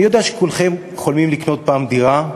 אני יודע שכולכם חולמים לקנות פעם דירה,